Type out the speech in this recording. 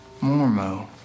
Mormo